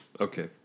Okay